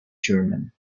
german